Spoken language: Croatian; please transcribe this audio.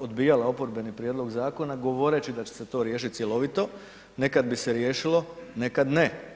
odbijala oporbene prijedlog zakona govoreći da će se to riješiti cjelovito, nekad bise riješilo, nekad ne.